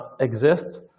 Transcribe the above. exists